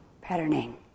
patterning